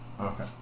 Okay